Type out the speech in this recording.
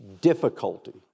Difficulty